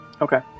Okay